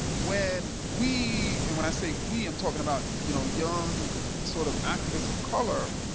when we, and when i say we i'm talking about you know young, sort of activists of color,